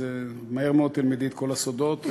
מהר מאוד תלמדי את כל הסודות.